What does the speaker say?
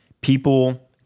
people